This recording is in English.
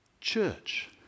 church